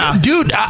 dude